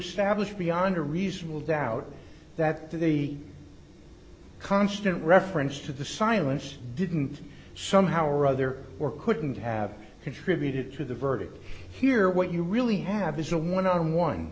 establish beyond a reasonable doubt that they constant reference to the silence didn't somehow or other or couldn't have contributed to the verdict here what you really have is a one on one